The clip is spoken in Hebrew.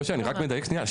שושי אני רק מדייק שנייה,